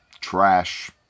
trash